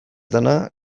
dena